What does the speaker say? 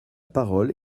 parole